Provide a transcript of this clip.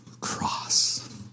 cross